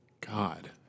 God